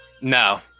No